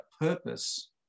purpose